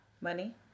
money